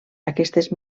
aquestes